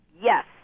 Yes